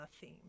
theme